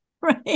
Right